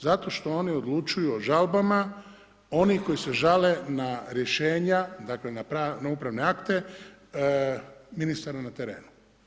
Zato što oni odlučuju o žalbama onih koji se žale na rješenja, dakle na upravne akte ministara na terenu.